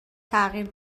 تغییر